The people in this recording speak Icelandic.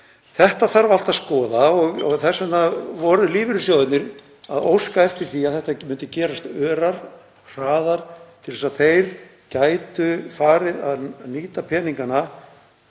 Þetta þarf allt að skoða og þess vegna óskuðu lífeyrissjóðirnir eftir því að þetta myndi gerast örar og hraðar til að þeir gætu farið að nýta peningana